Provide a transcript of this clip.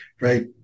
right